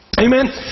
Amen